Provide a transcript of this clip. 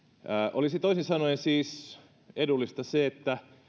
olisi toisin sanoen siis edullista se että